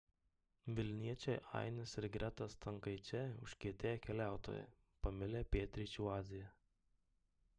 vilniečiai ainis ir greta stankaičiai užkietėję keliautojai pamilę pietryčių aziją